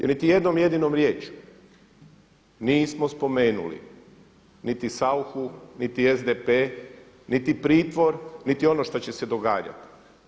I niti jednom jedinom riječju nismo spomenuli niti Sauchu, niti SDP, niti pritvor, niti ono što će se događati.